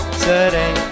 today